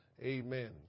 Amen